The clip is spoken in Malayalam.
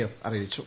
എഫ് അറിയിച്ചു